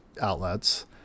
outlets